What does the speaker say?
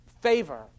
favor